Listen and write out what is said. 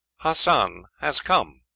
hassan has come.